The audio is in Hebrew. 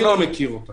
אני לא מכיר אותה.